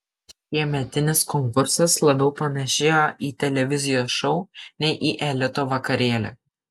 šiemetinis konkursas labiau panašėjo į televizijos šou nei į elito vakarėlį